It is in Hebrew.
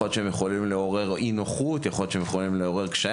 שיכולים לעורר אי נוחות או קשיים,